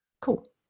Cool